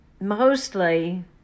mostly